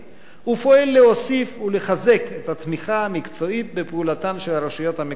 ופועל להוסיף ולחזק את התמיכה המקצועית בפעולתן של הרשויות המקומיות,